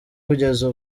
kugeza